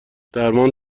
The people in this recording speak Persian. درمان